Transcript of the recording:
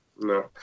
no